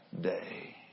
day